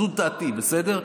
זו דעתי, בסדר?